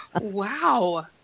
wow